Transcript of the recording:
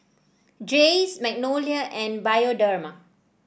Jays Magnolia and Bioderma